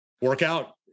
workout